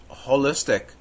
holistic